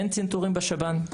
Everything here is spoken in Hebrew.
אין צנתורים בשב"ן.